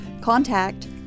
contact